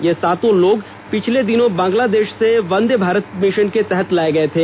ये सातों लोग पिछले दिनों बांगलादेश से वंदे भारत मिशन के तहत लाए गए थे